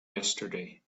yesterday